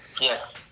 Yes